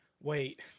wait